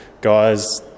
guys